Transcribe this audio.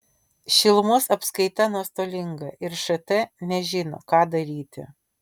šilumos apskaita nuostolinga ir št nežino ką daryti